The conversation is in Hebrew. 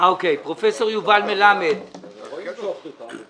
בית החולים מלא לגמרי.